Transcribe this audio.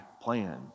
plan